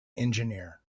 engineer